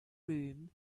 room